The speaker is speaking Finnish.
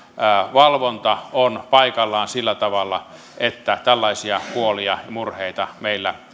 valvonta on paikallaan sillä tavalla että tällaisia huolia ja murheita meillä